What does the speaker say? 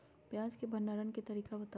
प्याज के भंडारण के तरीका बताऊ?